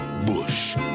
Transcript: Bush